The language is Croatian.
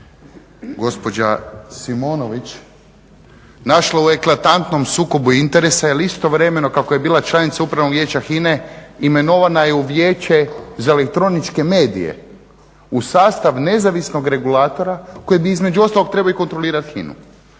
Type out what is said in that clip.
gospođa Simonović našla u eklatantnom sukobu interesa jer istovremeno kako je bila članica Upravnog vijeća HINA-e imenovana je u Vijeće za elektroničke medije, u sastav nezavisnog regulatora koji bi između ostalog trebao kontrolirati i